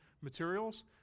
materials